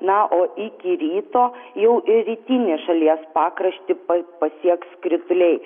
na o iki ryto jau ir rytinį šalies pakraštį pa pasieks krituliai